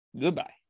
Goodbye